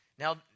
Now